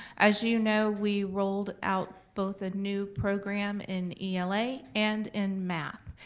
as you know we rolled out both a new program in ela and in math.